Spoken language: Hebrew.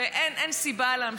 ואין סיבה להמשיך.